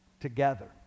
together